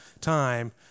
time